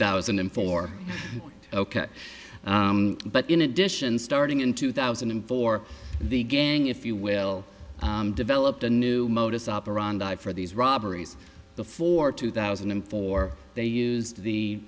thousand and four ok but in addition starting in two thousand and four the gang if you will developed a new modus operandi for these robberies before two thousand and four they used the